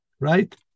Right